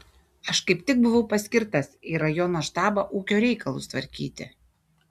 aš kaip tik buvau paskirtas į rajono štabą ūkio reikalus tvarkyti